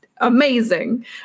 amazing